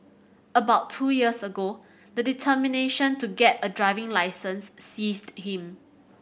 about two years ago the determination to get a driving licence seized him